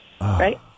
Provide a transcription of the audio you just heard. Right